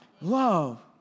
Love